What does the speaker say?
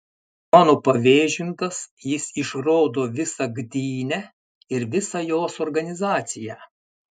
mano pavėžintas jis išrodo visą gdynę ir visą jos organizaciją